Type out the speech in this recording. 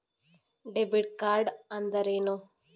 Debit ಕಾರ್ಡ್ಅಂದರೇನು?